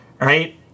right